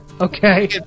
Okay